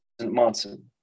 Monson